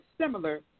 similar